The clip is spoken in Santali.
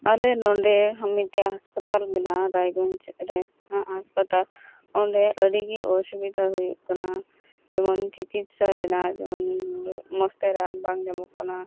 ᱟᱞᱮ ᱱᱚᱸᱰᱮ ᱢᱤᱫᱴᱮᱡ ᱦᱟᱥᱯᱟᱛᱟᱞ ᱢᱮᱱᱟᱜᱼᱟ ᱨᱟᱭᱜᱚᱸᱡᱽ ᱨᱮ ᱦᱟᱥᱯᱟᱛᱟᱞ ᱚᱸᱰᱮ ᱟᱹᱰᱤ ᱜᱮ ᱚᱥᱩᱵᱤᱫᱟ ᱦᱩᱭᱩᱜ ᱠᱟᱱᱟ ᱡᱮᱢᱚᱱ ᱪᱤᱠᱤᱥᱟ ᱨᱮᱱᱟᱜ ᱡᱮᱢᱚᱱ ᱢᱚᱡᱽ ᱛᱮ ᱨᱟᱱ ᱵᱟᱝ ᱧᱟᱢᱚᱜ ᱠᱟᱱᱟ